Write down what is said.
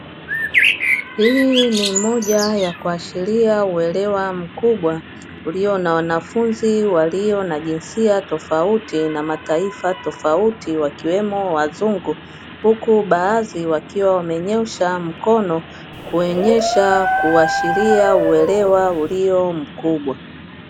Hii ni moja ya kuashiria uelewa mkubwa ulio na wanafunzi walio na jinsia tofauti na mataifa tofauti, wakiwemo wazungu huku baadhi wakiwa wamenyoosha mikono kuonyesha kuashiria uelewa ulio mkubwa.